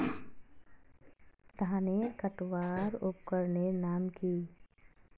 धानेर कटवार उपकरनेर नाम की?